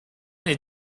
les